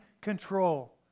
control